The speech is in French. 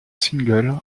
single